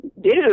dude